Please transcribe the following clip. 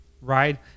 right